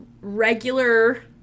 regular